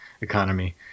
economy